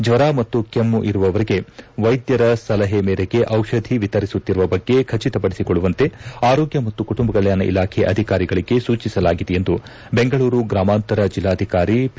ಜ್ವರ ಮತ್ತು ಕೆಮ್ನು ಇರುವವರಿಗೆ ವೈದ್ಯರ ಸಲಹೆ ಮೇರೆಗೆ ಡಿಷಧಿ ವಿತರಿಸುತ್ತಿರುವ ಬಗ್ಗೆ ಖಚಿತಪಡಿಸಿಕೊಳ್ಳುವಂತೆ ಆರೋಗ್ಯ ಮತ್ತು ಕುಟುಂಬ ಕಲ್ಕಾಣ ಇಲಾಖೆ ಅಧಿಕಾರಿಗಳಿಗೆ ಸೂಚಿಸಲಾಗಿದೆ ಎಂದು ಬೆಂಗಳೂರು ಗ್ರಾಮಾಂತರ ಜಿಲ್ಲಾಧಿಕಾರಿ ಪಿ